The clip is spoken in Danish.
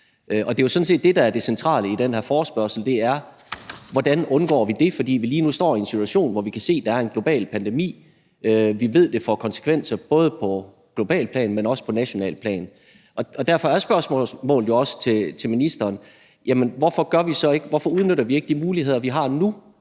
der er det centrale i den her forespørgsel, altså: Hvordan undgår vi det? For lige nu står vi i en situation, hvor vi kan se, at der er en global pandemi . Vi ved, at det får konsekvenser, både på globalt plan, men også på nationalt plan. Derfor er spørgsmålet jo også til ministeren: Hvorfor udnytter vi ikke de muligheder, vi har nu,